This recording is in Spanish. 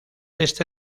este